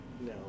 No